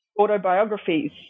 autobiographies